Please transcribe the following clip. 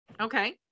okay